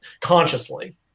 consciously